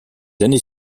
années